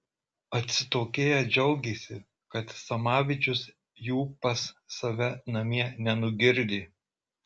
atsitokėję džiaugėsi kad samavičius jų pas save namie nenugirdė